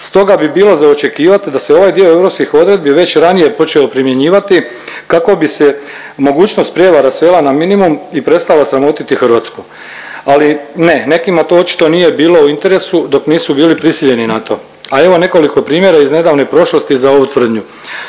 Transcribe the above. stoga bi bilo za očekivati da se ovaj dio europskih odredbi već ranije počeo primjenjivati kako bi se mogućnost prijevara svela na minimum i prestala sramotiti Hrvatsku. Ali ne, nekima to očito nije bilo u interesu dok nisu bili prisiljeni na to, a evo nekoliko primjera iz nedavne prošlosti za ovu tvrdnju.